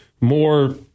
More